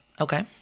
okay